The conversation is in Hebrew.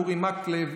אורי מקלב,